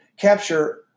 capture